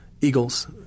eagles